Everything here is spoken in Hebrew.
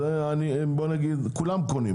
כולם קונים.